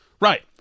Right